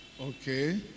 Okay